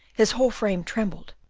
his whole frame trembled,